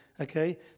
Okay